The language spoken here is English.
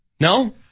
No